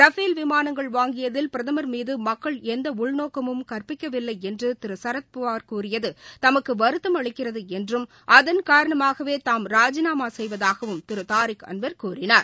Rafale விமானங்கள் வாங்கியதில் பிரதமா் மீது மக்கள் எந்த உள்நோக்கமும் கற்பிக்கவில்லை என்று திரு சரத்பவார் கூறியது தமக்கு வருத்தம் அளிக்கிறது என்றும் அதன் காரணமாகவே தாம் ராஜிநாமா செய்வதாகவும் திரு தாரிக் அன்வர் கூறினார்